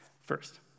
First